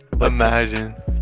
imagine